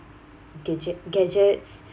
gadget gadgets